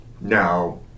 now